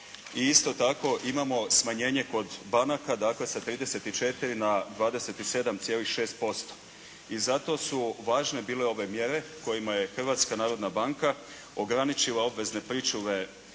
isto tako imamo smanjenje kod banaka sa 34 na 27,6%. I zato su važne bile ove mjere kojima je Hrvatska narodna banka ograničila obvezne pričuve